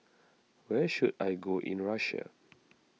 where should I go in Russia